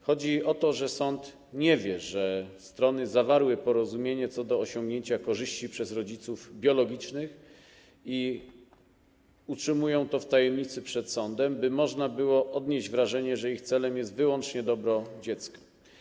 Chodzi o to, że sąd nie wie, że strony zawarły porozumienie co do osiągnięcia korzyści przez rodziców biologicznych i utrzymują to w tajemnicy przed sądem, by można było odnieść wrażenie, że ich celem jest wyłącznie dobro dziecka.